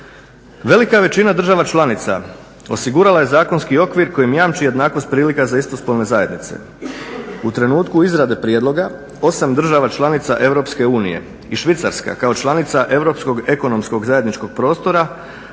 Velika većina država članica osigurala je zakonski okvir kojim jamči jednakost prilika za istospolne zajednice. U trenutku izrade prijedloga 8 država članica EU i Švicarska kao članica Europskog ekonomskog zajedničkog prostora